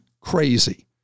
crazy